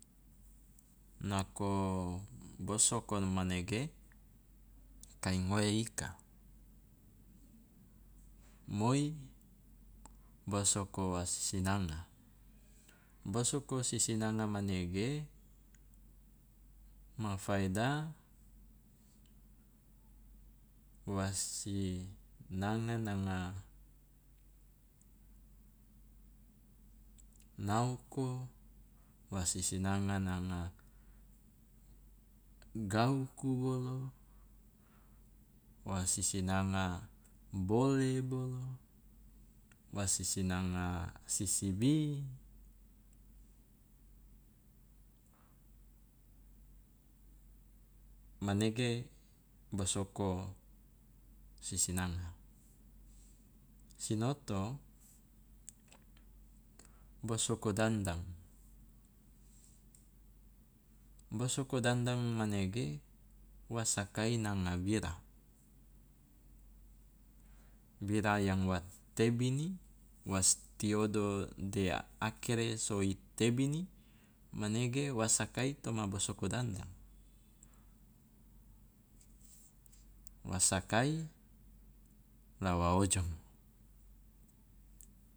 Nako bosoko manege kai ngoe ika. Moi bosoko wa sisinanga, bosoko sisinanga manege ma faedah wasi sinanga nanga naoko, wa sisinanga nanga gauku bolo, wa sisinanga bole bolo, wa sisinanga sisibi, manege bosoko sisinanga. Sinoto, bosoko dandang, bosoko dandang manege wa sakai nanga bira, bira yang wa tebini was tiodo de akere so i tebini manege wa sakai toma bosoko dandang, wa sakai la wa ojomo.